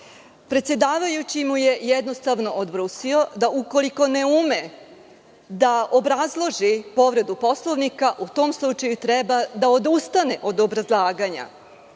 predsedavajući mu je jednostavno odbrusio da ukoliko ne ume da obrazloži povredu Poslovnika, u tom slučaju treba da odustane od obrazlaganja. Na